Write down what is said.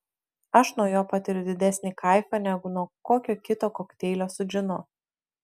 aš nuo jo patiriu didesnį kaifą negu nuo kokio kito kokteilio su džinu